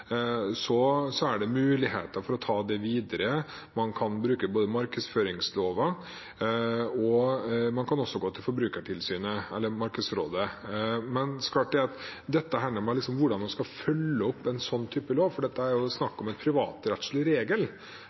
videre. Man kan bruke markedsføringsloven, og man kan gå til Forbrukertilsynet eller Markedsrådet. Men når det gjelder hvordan man skal følge opp en slik lov, kan man ikke bruke straffesakssporet, for det er jo her snakk om en privatrettslig regel.